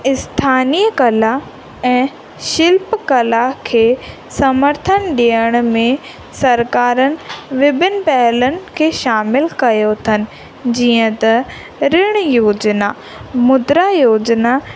स्थानीय कला ऐं शिल्प कला खे समर्थन ॾियण में सरकारनि विभिन्न पहलुनि खे शामिलु कयो अथनि जीअं त ऋण योजना मुद्रा योजना